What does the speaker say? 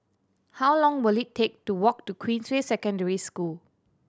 how long will it take to walk to Queensway Secondary School